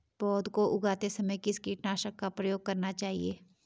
पौध को उगाते समय किस कीटनाशक का प्रयोग करना चाहिये?